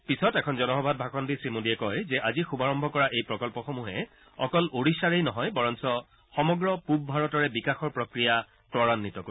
পিছত এখন জনসভাত ভাষণ দি শ্ৰীমোডীয়ে কয় যে আজি শুভাৰম্ভ কৰা এই প্ৰকল্পসমূহে অকল ওড়িশাৰেই নহয় বৰঞ্চ সমগ্ৰ পুব ভাৰতৰে বিকাশ প্ৰক্ৰিয়া তুৰাঘ্নিত কৰিব